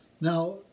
Now